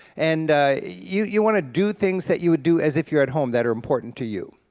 and you you want to do things that you would do as if you're at home, that are important to you.